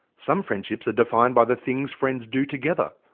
some friendships are defined by the things friends do together.